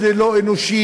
מאוד לא אנושי,